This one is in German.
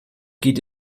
geht